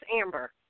Amber